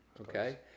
Okay